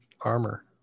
armor